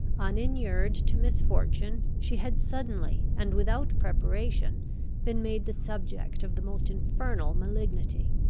uninured to misfortune, she had suddenly and without preparation been made the subject of the most infernal malignity.